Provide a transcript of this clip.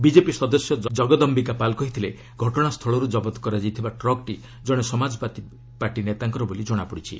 BJP ସଦସ୍ୟ ଜଗଦୟିକା ପାଲ୍ କହିଥିଲେ ଘଟଣା ସ୍ଥଳରୁ ଜବତ କରାଯାଇଥିବା ଟ୍ରକ୍ଟି ଜଣେ ସମାଜବାଦୀ ପାର୍ଟି ନେତାଙ୍କର ବୋଲି ଜଣାପଡ଼ିଛି